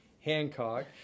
Hancock